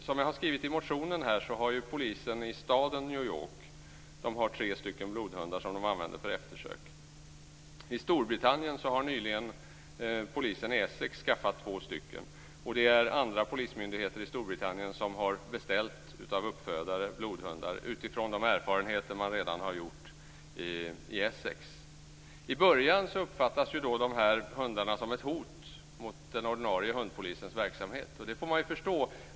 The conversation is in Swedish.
Som jag har skrivit i motionen har polisen i staden New York tre blodhundar som de använder för eftersök. I Storbritannien har nyligen polisen i Essex skaffat två stycken. Det finns också andra polismyndigheter i Storbritannien som har beställt blodhundar av uppfödare utifrån de erfarenheter man redan har gjort i Essex. I början uppfattas de här hundarna som ett hot mot den ordinarie hundpolisens verksamhet. Det får man ju förstå.